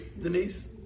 Denise